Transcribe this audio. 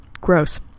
Gross